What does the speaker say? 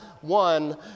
one